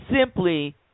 simply